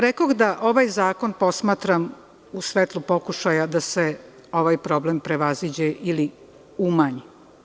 Rekoh da ovaj zakon posmatram u svetlu pokušaja da se ovaj problem prevaziđe ili umanji.